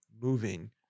moving